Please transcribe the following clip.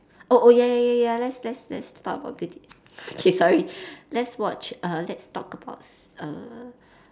oh oh ya ya ya ya let's let's let's talk about beauty okay sorry let's watch err let's talk about s~ err